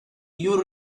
you